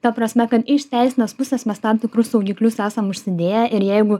ta prasme kad iš teisinės pusės mes tam tikrus saugiklius esam užsidėję ir jeigu